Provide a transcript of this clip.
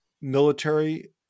military